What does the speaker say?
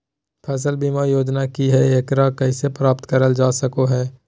फसल बीमा योजना की हय आ एकरा कैसे प्राप्त करल जा सकों हय?